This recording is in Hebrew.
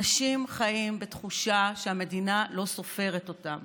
אנשים חיים בתחושה שהמדינה לא סופרת אותם.